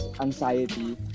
anxiety